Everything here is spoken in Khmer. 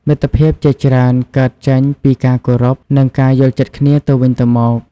មិត្តភាពជាច្រើនកើតចេញពីការគោរព និងការយល់ចិត្តគ្នាទៅវិញទៅមក។